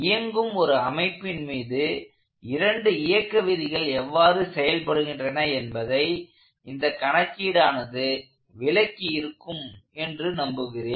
இயங்கும் ஒரு அமைப்பின் மீது இரண்டு இயக்க விதிகள் எவ்வாறு செயல்படுகின்றன என்பதை இந்த கணக்கீடானது விளக்கியிருக்கும் என்று நம்புகிறேன்